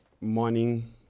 morning